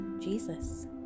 Jesus